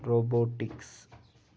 robotics